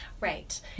Right